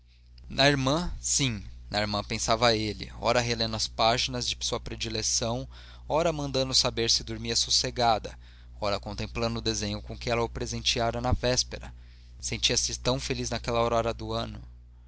na irmã sim na irmã pensava ele ora relendo as páginas de sua predileção ora mandando saber se dormia sossegada ora contemplando o desenho com que ela o presenteara na véspera sentia-se tão feliz naquela aurora do ano